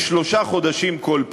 בשלושה חודשים בכל פעם.